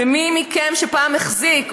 ומי מכם שפעם החזיק,